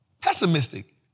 Pessimistic